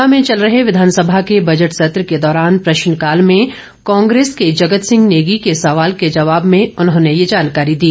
शिमला में चल रहे विधानसभा के बजट सत्र के दौरान प्रश्नकाल में कांग्रेस विधायक जगत सिंह नेगी के सवाल के जवाब में उन्होंने ये जानकारी दी